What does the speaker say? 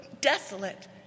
desolate